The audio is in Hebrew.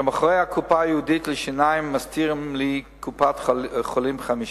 שמאחורי הקופה הייעודית לשיניים מסתירים לי קופת-חולים חמישית.